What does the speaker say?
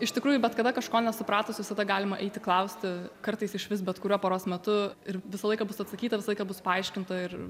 iš tikrųjų bet kada kažko nesupratus visada galima eiti klausti kartais išvis bet kuriuo paros metu ir visą laiką bus atsakyta visą laiką bus paaiškinta ir